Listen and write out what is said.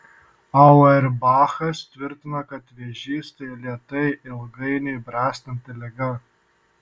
auerbachas tvirtino kad vėžys tai lėtai ilgainiui bręstanti liga